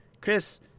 Chris